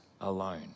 alone